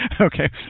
Okay